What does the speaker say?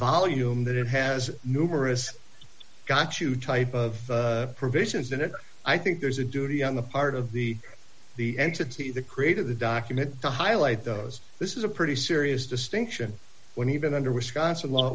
volume that it has numerous got you type of provisions in it i think there's a duty on the part of the the entity that created the document to highlight those this is a pretty serious distinction when you've been under wisconsin law